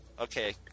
okay